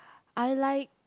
I like